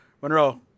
Monroe